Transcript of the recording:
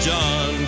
John